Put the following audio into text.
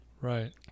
Right